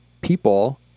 people